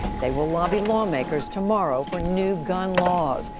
they will lobby lawmakers tomorrow for new gun laws.